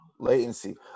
Latency